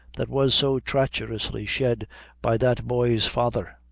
that was so traicherously shed by that boy's father.